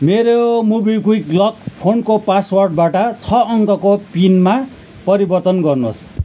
मेरो MobiKwik lock फोनको पासवर्डबाट छ अङ्कको पिनमा परिवर्तन गर्नुहोस्